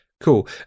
Cool